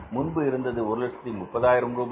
முன்பு இருந்தது 130000 ரூபாய்